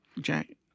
Jack